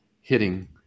hitting